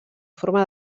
forma